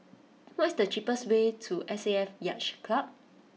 what is the cheapest way to S A F Yacht Club